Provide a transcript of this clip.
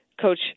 coach